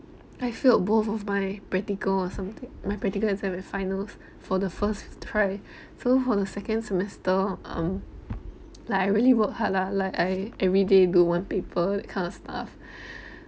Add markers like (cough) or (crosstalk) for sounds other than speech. I failed both of my practical or something my practical exam at finals for the first try so for the second semester um like I really worked hard lah like I everyday do one paper that kind of stuff (breath)